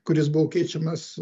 kuris buvo keičiamas